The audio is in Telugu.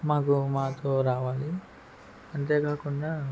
మాకు మాతో రావాలి అంతే కాకుండా